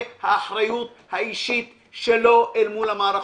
האחריות האישית שלו אל מול המערכות.